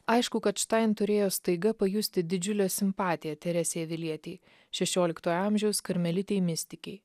aišku kad štain turėjo staiga pajusti didžiulę simpatiją teresei avilietei šešioliktojo amžiaus karmelitei mistikei